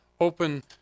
open